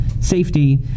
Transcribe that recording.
safety